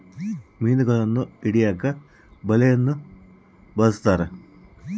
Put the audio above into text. ಮೀನುಗಳನ್ನು ಹಿಡಿಯಕ ಬಲೆಯನ್ನು ಬಲಸ್ಥರ